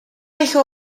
hijo